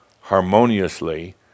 harmoniously